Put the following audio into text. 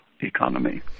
economy